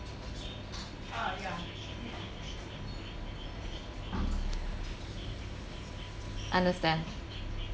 understand